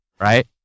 right